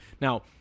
now